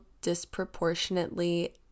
disproportionately